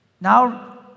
Now